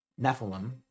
Nephilim